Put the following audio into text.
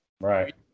Right